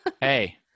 hey